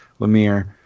Lemire